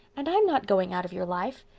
and i'm not going out of your life.